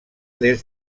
des